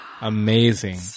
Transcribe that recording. Amazing